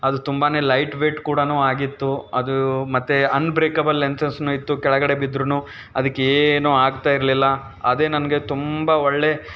ಅದು ತುಂಬಾ light weight ಕೂಡಾ ಆಗಿತ್ತು ಅದು ಮತ್ತು ಅನ್ ಬ್ರೇಕಬಲ್ ಲೈನ್ಸಸ್ನು ಇತ್ತು ಕೆಳಗಡೆ ಬಿದ್ರೂ ಅದಕ್ಕೇನು ಆಗ್ತಾ ಇರಲಿಲ್ಲ ಅದೇ ನನಗೆ ತುಂಬ ಒಳ್ಳೆ